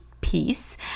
peace